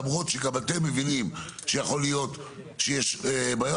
למרות שגם אתם מבינים שיכול להיות שיש בעיה,